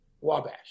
Wabash